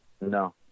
no